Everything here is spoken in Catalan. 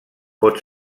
pot